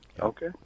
Okay